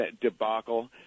debacle